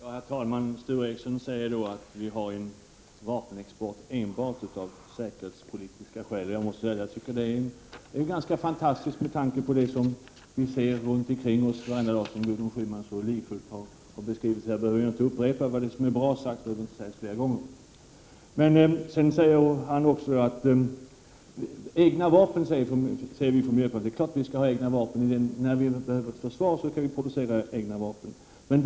Herr talman! Sture Ericson säger att vi har en vapenexport enbart av säkerhetspolitiska skäl. Jag måste säga att jag tycker att det är ganska fantastiskt med tanke på det som vi ser runt omkring oss och som Gudrun Schyman så livfullt har beskrivit att jag inte behöver upprepa det. Det som är bra sagt behöver inte sägas flera gånger. Det är klart att Sverige skall ha egna vapen, säger vi i miljöpartiet. Behövs det ett försvar, skall vårt land också producera egna vapen.